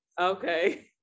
Okay